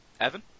Evan